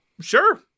Sure